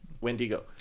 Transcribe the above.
Wendigo